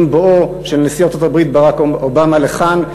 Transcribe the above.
בואו של נשיא ארצות-הברית ברק אובמה לכאן,